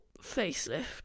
facelift